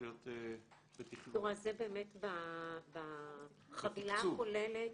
זה באמת בחבילה הכוללת.